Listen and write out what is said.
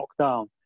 lockdown